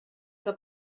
que